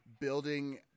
building